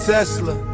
Tesla